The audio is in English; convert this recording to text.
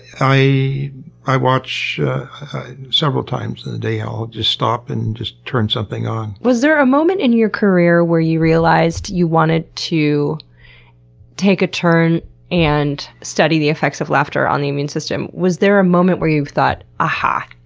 i i watch several times in the day. i'll just stop and just turn something on. was there a moment in your career where you realized you wanted to take a turn and study the effects of laughter on the immune system? was there a moment where you thought aha!